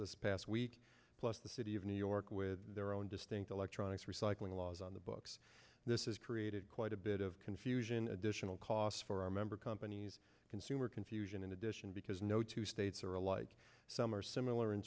this past week plus the city of new york with their own distinct electronics recycling laws on the books this is created quite a bit of confusion additional costs for our member companies consumer confusion in addition because no two states are alike some are similar in